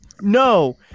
No